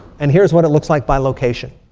and here's what it looks like by location.